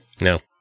No